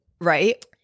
right